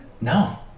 No